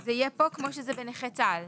זה יהיה פה כמו בנכי צה"ל?